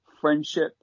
friendship